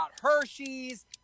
Hershey's